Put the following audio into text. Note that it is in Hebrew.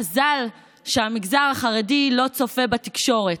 מזל שהמגזר החרדי לא צופה בתקשורת.